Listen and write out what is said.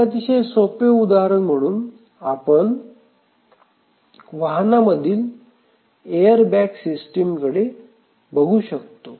एक अतिशय सोपे उदाहरण म्हणून आपण वाहनांमधील एअर बॅग सिस्टीमकडे बघू शकतो